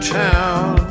town